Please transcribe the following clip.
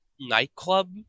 nightclub